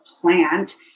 plant